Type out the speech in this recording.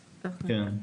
כן,